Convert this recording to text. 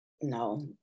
no